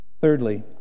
Thirdly